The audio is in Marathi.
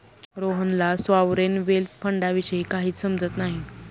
रोहनला सॉव्हरेन वेल्थ फंडाविषयी काहीच समजत नाही